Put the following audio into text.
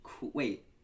Wait